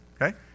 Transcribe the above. Okay